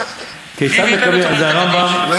זה הרמב"ם, "גרי